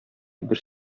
бер